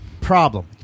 problem